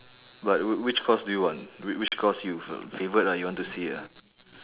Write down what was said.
but wh~ which course do you want wh~ which course you f~ favourite ah you want to see ah